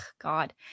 god